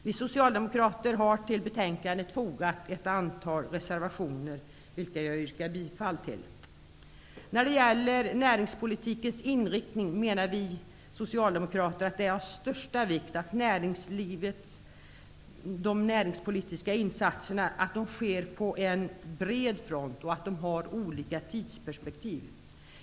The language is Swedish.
Vi socialdemokrater har till betänkandet fogat ett antal reservationer, vilka jag yrkar bifall till. När det gäller näringspolitikens inriktning menar vi socialdemokrater att det är av största vikt att de näringspolitiska insatserna sker på bred front och att de har olika tidsperspektiv.